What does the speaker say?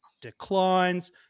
declines